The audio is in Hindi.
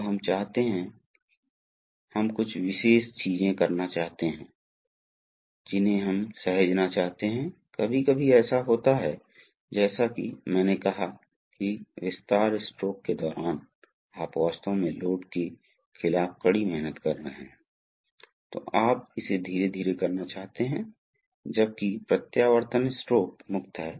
तो ये है इसलिए परिधि के साथ यह एक पिस्टन है यहां एक और पिस्टन है यहां एक और पिस्टन है इसलिए परिधि के साथ कई पिस्टन हैं उनमें से दो दिखाए जा रहे हैं सही है और अंत में यह पिस्टन वास्तव में एक प्लेट द्वारा जुड़ा हुआ है इसलिए आप आकृति में प्लेट देखते हैं इसलिए आकृति में प्लेट देखें